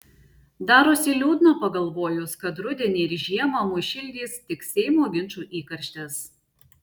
darosi liūdna pagalvojus kad rudenį ir žiemą mus šildys tik seimo ginčų įkarštis